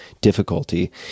difficulty